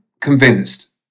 convinced